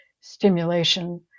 stimulation